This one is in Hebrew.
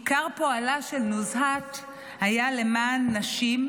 עיקר פועלה של נוזהת היה למען נשים,